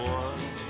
one